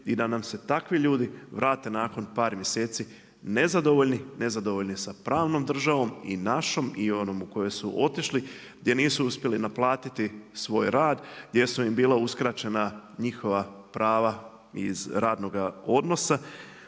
i da nam se takvi ljudi vrate nakon par mjeseci nezadovoljni, nezadovoljni sa pravnom državom i našom i onom u koju su otišli gdje nisu uspjeli naplatiti svoj rad, gdje su im bila uskraćena njihova prava iz radnoga odnosa,